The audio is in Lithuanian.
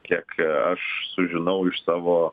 kiek aš sužinau iš savo